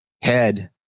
head